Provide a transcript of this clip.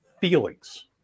feelings